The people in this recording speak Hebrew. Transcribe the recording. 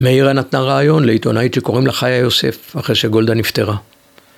מאירה נתנה רעיון לעיתונאית שקוראים לה חיה יוסף, אחרי שגולדה נפטרה.